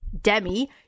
Demi